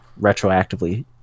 retroactively